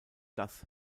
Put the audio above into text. das